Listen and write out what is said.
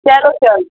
چلو چلو